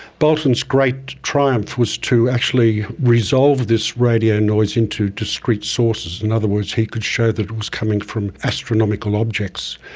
bolton's great triumph was to actually resolve this radio noise into discrete sources. in other words, he could show that it was coming from astronomical objects.